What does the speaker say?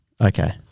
Okay